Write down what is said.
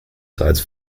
sides